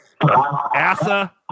Asa